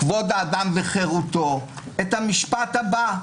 כבוד האדם וחירותו, את המשפט הבא: